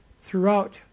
throughout